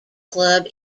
club